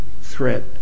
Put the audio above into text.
threat